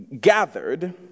gathered